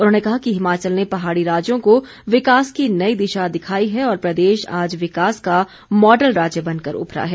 उन्होंने कहा कि हिमाचल ने पहाड़ी राज्यों को विकास की नई दिशा दिखाई है और प्रदेश आज विकास का मॉडल राज्य बन कर उभरा है